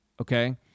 okay